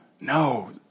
No